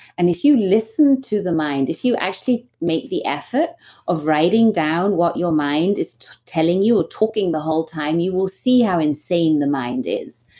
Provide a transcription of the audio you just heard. and if you listen to the mind if you actually make the effort of writing down what your mind is telling you or talking the whole time, you will see how insane the mind is.